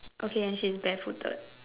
okay and she's barefooted